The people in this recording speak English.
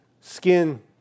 skin